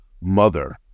mother